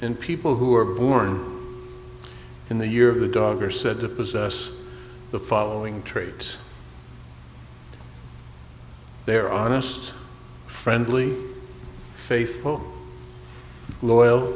in people who are born in the year of the dog are said to possess the following traits their honest friendly faithful loyal